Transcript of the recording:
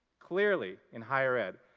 clearly, in higher ed,